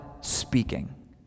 speaking